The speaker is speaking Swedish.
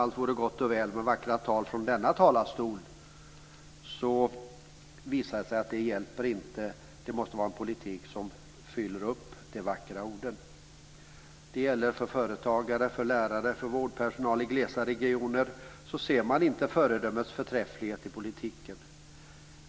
Det är inte gott och väl bara med vackra tal från denna talarstol. De hjälper inte, utan det måste föras en politik som följer upp de vackra orden. Företagare, lärare och vårdpersonal i glesbygdsregioner ser inte någon föredömlig förträfflighet i politiken.